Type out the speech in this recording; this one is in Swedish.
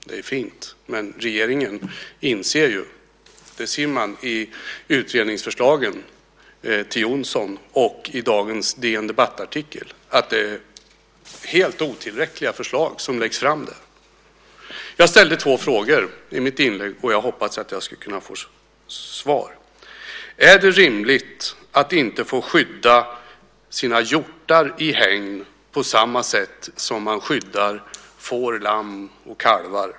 Det är fint, men regeringen inser ju, vilket man ser i utredningsförslagen till Jonsson och i dagens DN Debatt-artikel, att det är helt otillräckliga förslag som läggs fram. Jag ställde två frågor i mitt inlägg, och jag hoppas att jag ska kunna få svar på dem. För det första: Är det rimligt att inte få skydda sina hjortar i hägn på samma sätt som man skyddar får, lamm och kalvar?